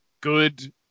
good